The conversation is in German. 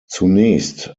zunächst